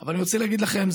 אבל אני רוצה להגיד לכם,